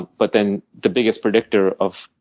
but then the biggest predictor of